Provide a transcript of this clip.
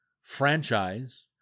franchise